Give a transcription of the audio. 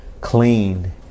Clean